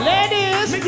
Ladies